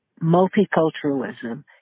multiculturalism